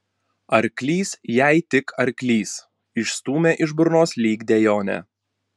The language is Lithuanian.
arklys jai tik arklys išstūmė iš burnos lyg dejonę